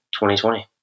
2020